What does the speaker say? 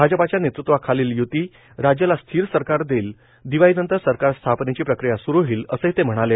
भाजपाच्या नेतृत्वाखालील य्ती राज्याला स्थिर सरकार देईल दिवाळी नंतर सरकार स्थापनेची प्रक्रिया सुरू होईल असंही ते म्हणले